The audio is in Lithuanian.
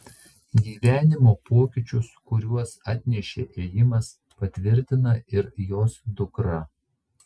gyvenimo pokyčius kuriuos atnešė ėjimas patvirtina ir jos dukra